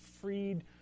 freed